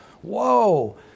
Whoa